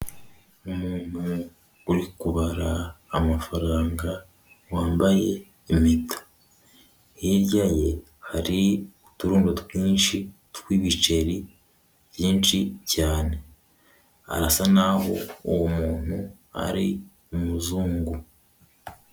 Umuntu uri kubara amafaranga, wambaye impeta, hirya ye hari uturundo twinshi tw'ibiceri byinshi cyane, arasa naho uwo muntu ari umuzungu.